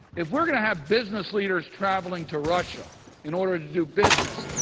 if we're going to have business leaders traveling to russia in order to do business,